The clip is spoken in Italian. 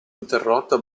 interrotta